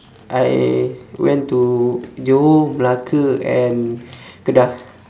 I went to johor melaka and kedah